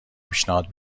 پیشنهاد